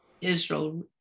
Israel